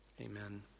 Amen